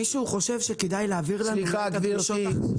מישהו חושב שכדאי להעביר לנו את הדרישות החדשות,